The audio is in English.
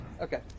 Okay